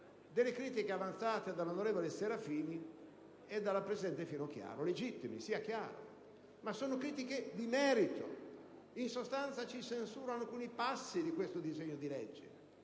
le critiche avanzate dalla senatrice Serafini e dalla presidente Finocchiaro: legittime, sia chiaro, ma sono critiche di merito. In sostanza, si censurano alcuni passi di questo testo, ma